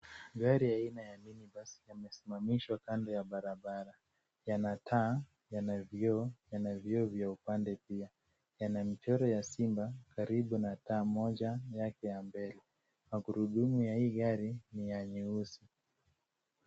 Gari aina ya minibus imesimamishwa kando ya barabara. Yana taa, yana vioo, yana vioo vya upande pia, yana michoro ya simba karibu na taa moja yake ya mbele. Magurudumu ya hii gari ni ya nyeusi.